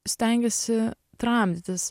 stengiasi tramdytis